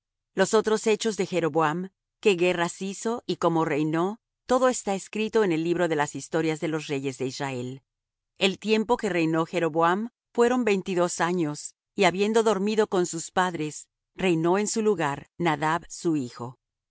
los otros hechos de jeroboam qué guerras hizo y cómo reinó todo está escrito en el libro de las historias de los reyes de israel el tiempo que reinó jeroboam fueron veintidós años y habiendo dormido con sus padres reinó en su lugar nadab su hijo